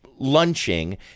lunching